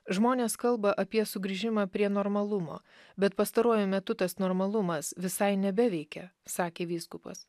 žmonės kalba apie sugrįžimą prie normalumo bet pastaruoju metu tas normalumas visai nebeveikia sakė vyskupas